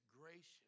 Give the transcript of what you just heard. gracious